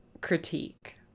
critique